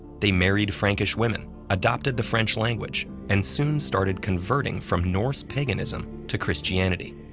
they married frankish women, adopted the french language, and soon started converting from norse paganism to christianity.